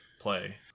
Play